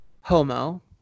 Homo